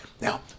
Now